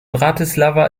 bratislava